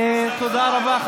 תודה רבה,